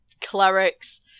clerics